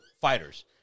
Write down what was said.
fighters